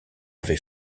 avait